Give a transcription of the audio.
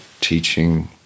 teaching